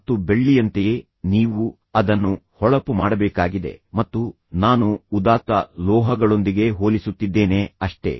ಮತ್ತು ಬೆಳ್ಳಿಯಂತೆಯೇ ನೀವು ಅದನ್ನು ಹೊಳಪು ಮಾಡಬೇಕಾಗಿದೆ ಮತ್ತು ನಾನು ಉದಾತ್ತ ಲೋಹಗಳೊಂದಿಗೆ ಹೋಲಿಸುತ್ತಿದ್ದೇನೆ ಅಷ್ಟೇ